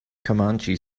comanche